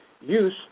use